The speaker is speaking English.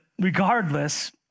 regardless